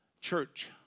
church